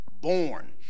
Born